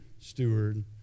steward